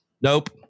Nope